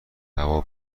هوای